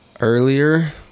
earlier